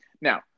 Now